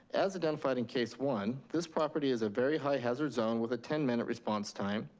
as identified in case one, this property is a very high hazard zone with a ten minute response time,